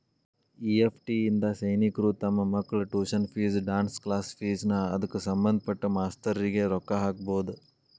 EFT ಇಂದಾ ಸೈನಿಕ್ರು ತಮ್ ಮಕ್ಳ tuition fees, dance class fees ನಾ ಅದ್ಕ ಸಭಂದ್ಪಟ್ಟ ಮಾಸ್ತರ್ರಿಗೆ ರೊಕ್ಕಾ ಹಾಕ್ಬೊದ್